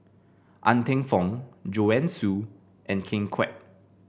Ng Teng Fong Joanne Soo and Ken Kwek